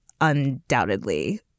undoubtedly